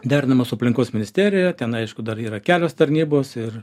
derinamas su aplinkos ministerija ten aišku dar yra kelios tarnybos ir